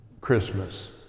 Christmas